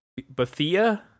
Bathia